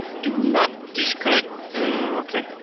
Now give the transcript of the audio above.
do not disconnect the. okay.